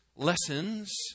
lessons